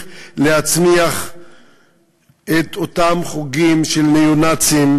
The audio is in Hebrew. להצמיח את אותם חוגים של ניאו-נאצים,